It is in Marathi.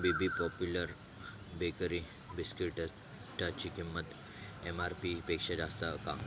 बी बी पॉप्युलर बेकरी बिस्किटटाची किंमत एम आर पीपेक्षा जास्त का